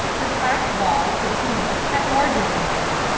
the flat wall between had larger windows,